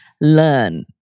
learn